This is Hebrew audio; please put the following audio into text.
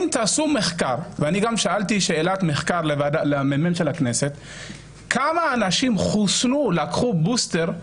תעשו שאלת מחקר כמה אנשים לקחו בוסטר,